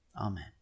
Amen